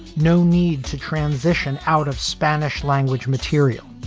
no need to transition out of spanish language material.